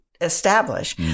Establish